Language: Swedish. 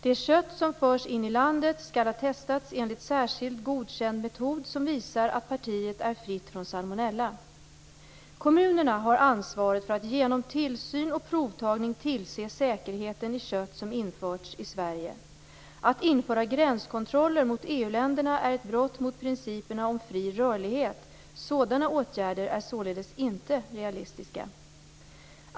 Det kött som förs in i landet skall ha testats enligt särskild godkänd metod som visar att partiet är fritt från salmonella. Kommunerna har ansvaret för att genom tillsyn och provtagning tillse säkerheten i kött som införts i Sverige. Att införa gränskontroller mot EU-länderna är ett brott mot principerna om fri rörlighet. Sådana åtgärder är således inte realistiska.